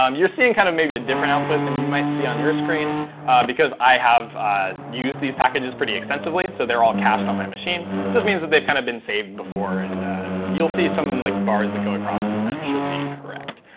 um you're seeing kind of maybe a different output than you might see on your screen because i have used these packages extensively, so they're all cached on my machine. it just means that they've kind of been saved before. and you'll see some like bars that go across, and that should be correct.